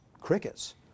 crickets